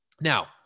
Now